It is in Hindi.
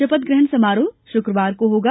शपथ ग्रहण समारोह शुक्रवार को होगा